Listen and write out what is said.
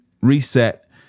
reset